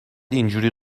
اینجوری